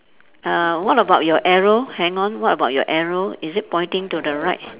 err what about your arrow hang on what about your arrow is it pointing to the right